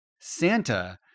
Santa